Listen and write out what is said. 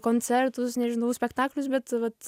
koncertus nežinau spektaklius bet vat